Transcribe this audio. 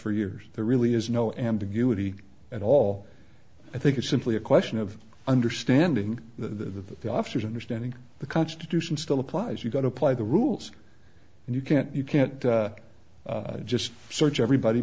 for years there really is no ambiguity at all i think it's simply a question of understanding the officers understanding the constitution still applies you've got to apply the rules and you can't you can't just search everybody